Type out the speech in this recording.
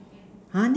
!huh! next